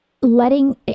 letting